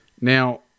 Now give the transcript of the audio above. Now